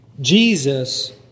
Jesus